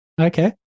Okay